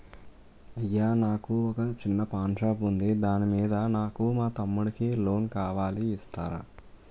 అయ్యా నాకు వొక చిన్న పాన్ షాప్ ఉంది దాని మీద నాకు మా తమ్ముడి కి లోన్ కావాలి ఇస్తారా?